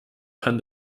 kann